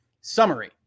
Summary